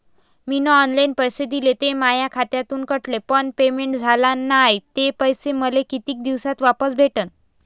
मीन online पैसे दिले, ते माया खात्यातून कटले, पण पेमेंट झाल नायं, ते पैसे मले कितीक दिवसात वापस भेटन?